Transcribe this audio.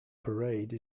parade